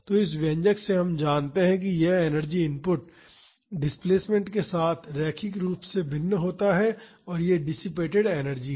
तो इस व्यंजक से हम जानते हैं कि यह एनर्जी इनपुट डिस्प्लेसमेंट के साथ रैखिक रूप से भिन्न होता है और यह डिसिपेटड एनर्जी है